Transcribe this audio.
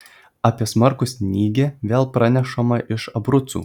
apie smarkų snygį vėl pranešama iš abrucų